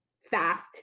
fast